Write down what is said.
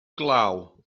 glaw